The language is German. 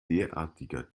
derartiger